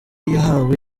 yahawe